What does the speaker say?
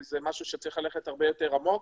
זה משהו שצריך ללכת הרבה יותר עמוק.